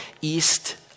east